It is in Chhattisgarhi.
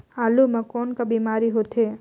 आलू म कौन का बीमारी होथे?